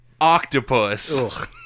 Octopus